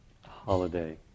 holiday